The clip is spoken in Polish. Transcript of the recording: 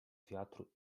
wiatru